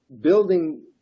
building